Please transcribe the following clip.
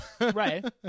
right